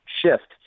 shift